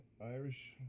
Irish